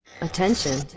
Attention